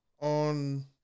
on